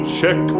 check